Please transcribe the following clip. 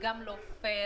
וגם לא פר,